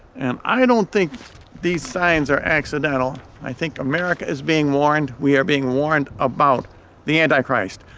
and i don't think these signs are accidental i think america is being warned. we are being warned about the antichrist.